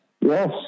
Yes